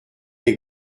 les